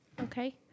Okay